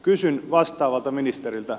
kysyn vastaavalta ministeriltä